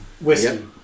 whiskey